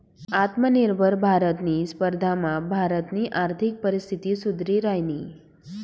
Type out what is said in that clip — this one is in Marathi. आत्मनिर्भर भारतनी स्पर्धामा भारतनी आर्थिक परिस्थिती सुधरि रायनी